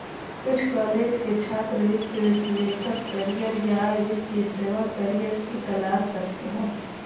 कुछ कॉलेज के छात्र वित्तीय विश्लेषक करियर या वित्तीय सेवा करियर की तलाश करते है